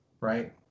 Right